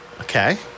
Okay